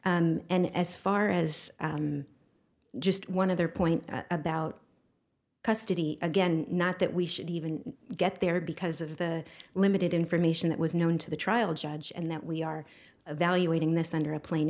record and as far as just one of their point about custody again not that we should even get there because of the limited information that was known to the trial judge and that we are evaluating this under a pla